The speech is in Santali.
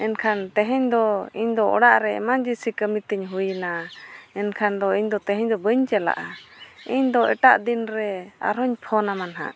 ᱢᱮᱱᱠᱷᱟᱱ ᱛᱮᱦᱮᱧ ᱫᱚ ᱤᱧᱫᱚ ᱚᱲᱟᱜᱨᱮ ᱠᱟᱹᱢᱤ ᱛᱤᱧ ᱦᱩᱭᱮᱱᱟ ᱢᱮᱱᱠᱷᱟᱱ ᱫᱚ ᱛᱮᱦᱮᱧ ᱫᱚ ᱵᱟᱹᱧ ᱪᱟᱞᱟᱜᱼᱟ ᱤᱧᱫᱚ ᱮᱴᱟᱜ ᱫᱤᱱᱨᱮ ᱟᱨᱦᱚᱧ ᱟᱢᱟ ᱱᱟᱦᱟᱜ